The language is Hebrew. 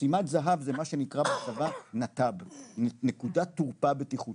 משימת זהב זה מה שנקרא בצבא 'נת"ב' - נקודת תורפה בטיחותית,